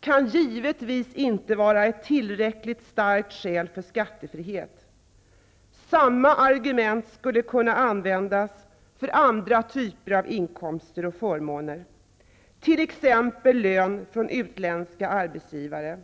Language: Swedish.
kan givetvis inte vara ett tillräckligt starkt skäl för skattefrihet. Samma argument skulle kunna användas för andra typer av inkomster och förmåner, t.ex. lön från utländska arbetsgivare.